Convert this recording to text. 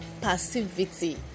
passivity